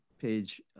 page